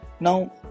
now